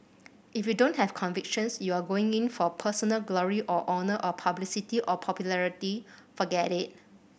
if you don't have convictions you are going in for personal glory or honour or publicity or popularity forget it